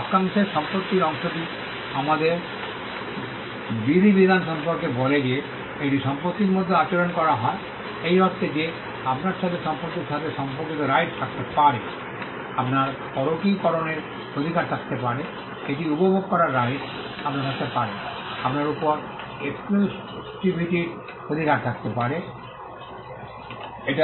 বাক্যাংশের সম্পত্তির অংশটি আমাদের বিধিবিধান সম্পর্কে বলে যে এটি সম্পত্তির মতো আচরণ করা হয় এই অর্থে যে আপনার সাথে সম্পত্তির সাথে সম্পর্কিত রাইটস থাকতে পারে আপনার পরকীকরণের অধিকার থাকতে পারে এটি উপভোগ করার রাইটস আপনার থাকতে পারে আপনার উপর এক্সক্লুসিভিটির অধিকার থাকতে পারে এটা